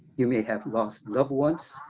you may have lost loved ones.